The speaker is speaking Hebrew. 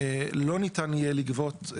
לא ניתן יהיה לגבות,